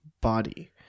body